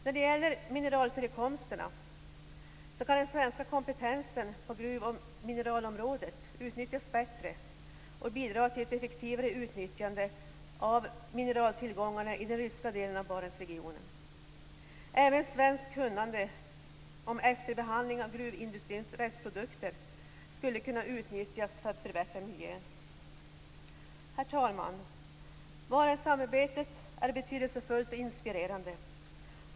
När det gäller mineralförekomsterna kan den svenska kompetensen på gruv och mineralområdet utnyttjas bättre och bidra till ett effektivare utnyttjande av mineraltillgångarna i den ryska delen av Barentsregionen. Även svenskt kunnande om efterbehandling av gruvindustrins restprodukter skulle kunna utnyttjas för att förbättra miljön. Herr talman! Barentssamarbetet är betydelsefullt och inspirerande.